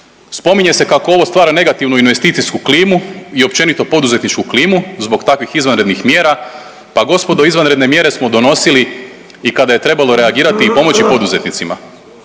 spominje se kako ovo stvara negativnu investicijsku klimu i općenito poduzetničku klimu zbog takvih izvanrednih mjera. Pa gospodo izvanredne mjere smo donosili i kada je trebalo reagirati i pomoći poduzetnicima,